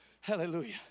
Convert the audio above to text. Hallelujah